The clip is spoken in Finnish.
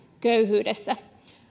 köyhyydessä